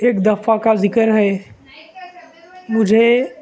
ایک دفعہ کا ذکر ہے مجھے